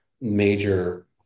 major